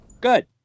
Good